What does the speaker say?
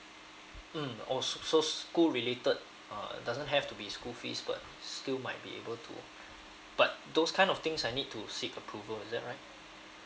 mm oh s~ so school related uh doesn't have to be school fees but still might be able to but those kind of things I need to seek approval is that right